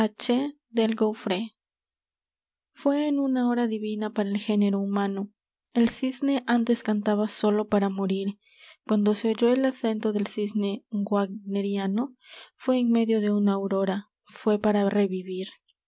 del gouffre fué en una hora divina para el género humano el cisne antes cantaba sólo para morir cuando se oyó el acento del cisne wagneriano fué en medio de una aurora fué para revivir